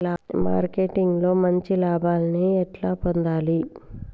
Marketing లో మంచి లాభాల్ని ఎట్లా పొందాలి?